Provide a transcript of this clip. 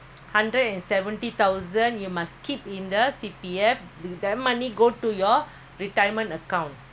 so you after fifty five I only how what age